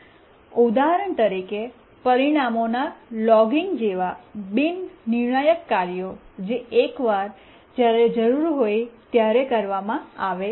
ઉદાહરણ તરીકે પરિણામોના લોગિંગ જેવા બિન નિર્ણાયક કાર્યો જે એકવાર જ્યારે જરૂરી હોય ત્યારે કરવામાં આવે છે